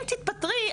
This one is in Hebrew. אם תתפטרי,